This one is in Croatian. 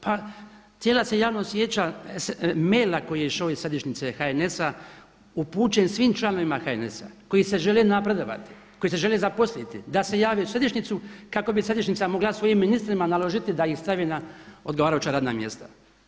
Pa cijela se javnost sjeća maila koji je išao iz središnjice HNS-a upućen svim članovima HNS-a koji se žele napredovati, koji se žele zaposliti da se jave u središnjicu kako bi središnjica mogla svojim ministrima naložiti da ih stavi na odgovarajuća radna mjesta.